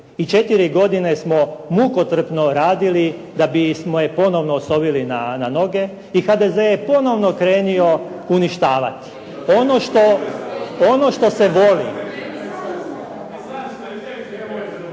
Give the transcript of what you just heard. i četiri godine smo mukotrpno radili da bismo je ponovno osovili na noge i HDZ je ponovno krenio uništavati. … /Svi